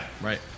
Right